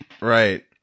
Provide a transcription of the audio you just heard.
Right